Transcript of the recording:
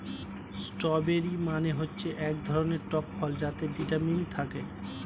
strawberry মানে হচ্ছে এক ধরনের টক ফল যাতে ভিটামিন থাকে